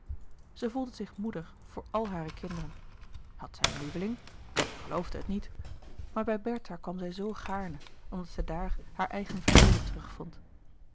zij voelde zich moeder voor al hare kinderen had zij een lieveling zij geloofde het niet maar bij bertha kwam zij zoo gaarne omdat zij daar haar eigen verleden terug